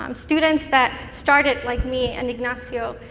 um students that started, like me and ignacio,